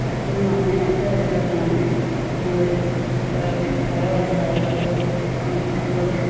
അച്ഛനും അമ്മയും ഒക്കെ ഇവിടെത്തന്നെയാണ് ഞങ്ങള് കുറേ കുറേ വർഷമായി പത്തു അൻപത്